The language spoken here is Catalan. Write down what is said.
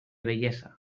bellesa